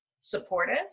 supportive